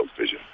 Vision